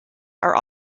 are